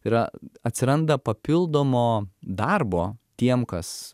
tai yra atsiranda papildomo darbo tiem kas